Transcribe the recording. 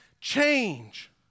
change